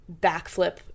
backflip